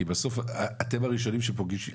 כי אתם הראשונים שפוגשים את האירוע,